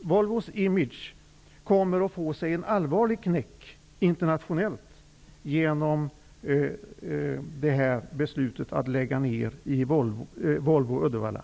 Volvos image kommer att få sig en allvarlig knäck internationellt på grund av beslutet att lägga ned Volvo Uddevalla.